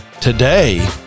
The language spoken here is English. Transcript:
Today